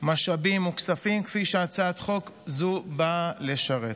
משאבים וכספים, כפי שהצעת חוק זו באה לשרת.